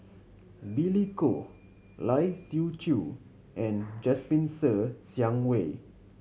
Billy Koh Lai Siu Chiu and Jasmine Ser Xiang Wei